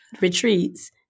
retreats